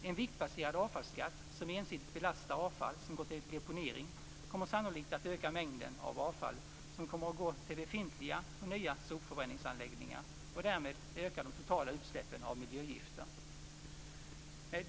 En viktbaserad avfallsskatt som ensidigt belastar avfall som går till deponering kommer sannolikt att öka mängden av avfall som kommer att gå till befintliga och nya sopförbränningsanläggningar och därmed öka de totala utsläppen av miljögifter.